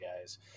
guys